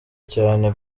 cyane